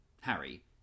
Harry